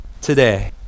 today